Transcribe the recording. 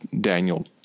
Daniel